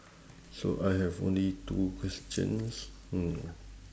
so I have only two questions hmm